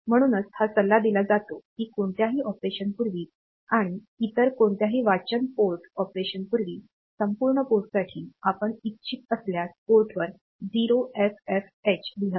म्हणूनच हा सल्ला दिला जातो की कोणत्याही ऑपरेशनपूर्वी आणी इतर कोणत्याही वाचन पोर्ट ऑपरेशनपूर्वी संपूर्ण पोर्टसाठी आपण इच्छित असल्यास पोर्टवर 0FFH लिहावे